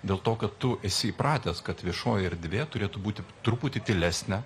dėl to kad tu esi įpratęs kad viešoji erdvė turėtų būti truputį tylesnė